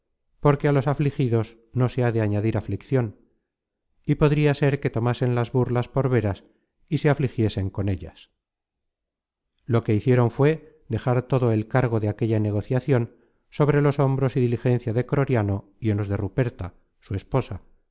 porque á los afligidos no se ha de añadir afliccion y podria ser que tomasen las burlas por véras y se afligiesen con ellas lo que hicieron fué dejar todo el cargo de aquella negociacion sobre los hombros y diligencia de croriano y en los de ruperta su esposa